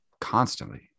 constantly